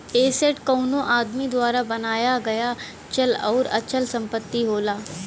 asset कउनो आदमी द्वारा बनाया गया चल आउर अचल संपत्ति होला